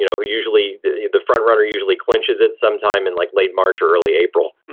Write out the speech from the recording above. you know who usually the the front runner usually clinches it sometime in like late march or early april.